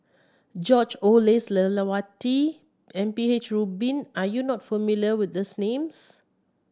George Oehlers Lelawati M P H Rubin are you not familiar with these names